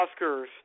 Oscars